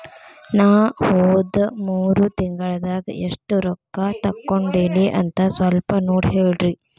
ನಾ ಹೋದ ಮೂರು ತಿಂಗಳದಾಗ ಎಷ್ಟು ರೊಕ್ಕಾ ತಕ್ಕೊಂಡೇನಿ ಅಂತ ಸಲ್ಪ ನೋಡ ಹೇಳ್ರಿ